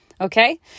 Okay